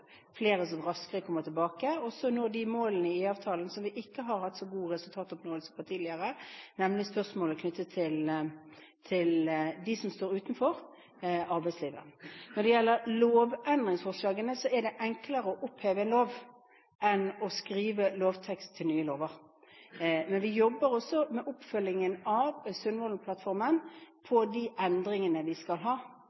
flere som raskere kommer tilbake, og også at vi når de målene i IA-avtalen som vi ikke har hatt så god resultatoppnåelse på tidligere, nemlig spørsmålet knyttet til dem som står utenfor arbeidslivet. Når det gjelder lovendringsforslagene, er det enklere å oppheve en lov enn å skrive lovtekst til nye lover. Men vi jobber også med oppfølgingen av Sundvolden-plattformen på